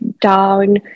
down